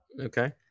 Okay